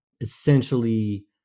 Essentially